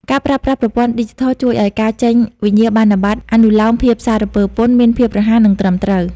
ការប្រើប្រាស់ប្រព័ន្ធឌីជីថលជួយឱ្យការចេញវិញ្ញាបនបត្រអនុលោមភាពសារពើពន្ធមានភាពរហ័ស និងត្រឹមត្រូវ។